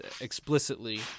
explicitly